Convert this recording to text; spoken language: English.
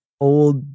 old